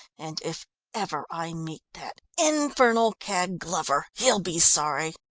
and if ever i meet that infernal cad, glover, he'll be sorry.